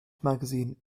magazine